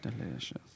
Delicious